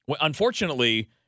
unfortunately